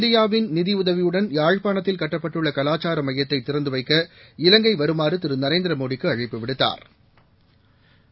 இந்தியாவின் நிதி உதவியுடன் யாழ்ப்பாணத்தில் கட்டப்பட்டுள்ள கலாச்சார மையத்தை திறந்து வைக்க இலங்கை வருமாறு திரு நரேந்திரமோடிக்கு அழைப்பு விடுத்தாா்